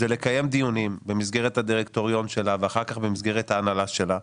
זה לקיים דיונים במסגרת הדירקטוריון שלה ואחר כך במסגרת ההנהלה שלה,